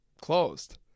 Closed